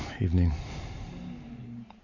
evening